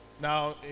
Now